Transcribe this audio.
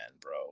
bro